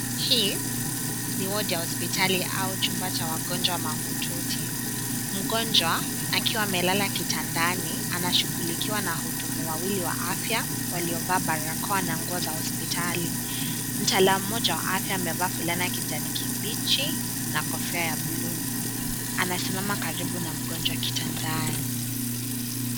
Hii ni wodi ya hospitali au chumba cha wagonjwa mahututi. Mgonjwa akiwa amelala kitandani anashughulikiwa na wahudumu wawili wa afya waliovaa barakoa na nguo za hospitali. Mtaalamu mmoja wa afya amevaa fulana ya kijani kibichi na kofia ya buluu. Anasimama karibu na mgonjwa kitandani.